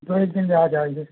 दो एक दिन में आ जाएँगे